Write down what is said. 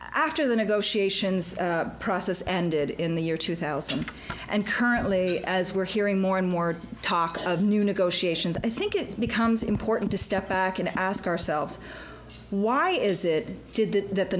after the negotiations process and in the year two thousand and currently as we're hearing more and more talk of new negotiations i think it becomes important to step back and ask ourselves why is it did that th